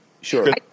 Sure